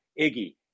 Iggy